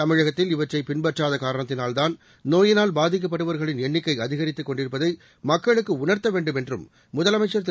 தமிழகத்தில் இவற்றை பின்பற்றாத காரணத்தினால்தான் நோயினால் பாதிக்கப்படுபவா்களின் எண்ணிக்கை அதிகரித்து கொண்டிருப்பதை மக்களுக்கு உணா்த்த வேண்டும் என்றும் முதலமைச்சா் திரு